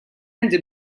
għandi